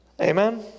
Amen